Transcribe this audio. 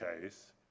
case